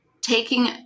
taking